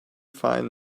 find